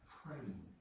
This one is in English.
praying